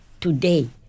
today